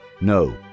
No